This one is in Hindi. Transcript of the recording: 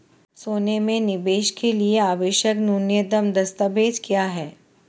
सोने में निवेश के लिए आवश्यक न्यूनतम दस्तावेज़ क्या हैं?